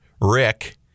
Rick